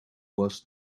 was